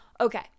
Okay